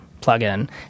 plug-in